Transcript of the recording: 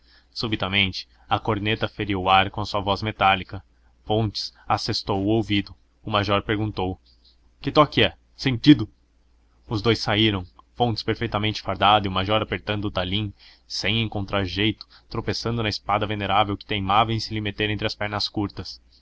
subitamente a corneta feriu o ar com a sua voz metálica fontes assestou o ouvido o major perguntou que toque é sentido os dous saíram fontes perfeitamente fardado e o major apertando o talim sem encontrar jeito tropeçando na espada venerável que teimava em se lhe meter entre as pernas curtas